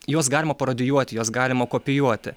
juos galima parodijuoti juos galima kopijuoti